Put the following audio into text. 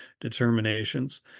determinations